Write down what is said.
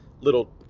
little